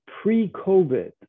Pre-COVID